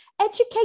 educate